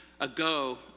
ago